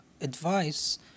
advice